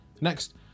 Next